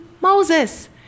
Moses